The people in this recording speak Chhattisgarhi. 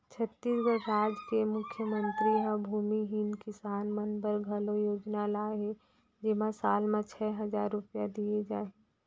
छत्तीसगढ़ राज के मुख्यमंतरी ह भूमिहीन किसान मन बर घलौ योजना लाए हे जेमा साल म छै हजार रूपिया दिये जाही